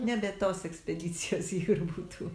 nebe tos ekspedicijos jau ir būtų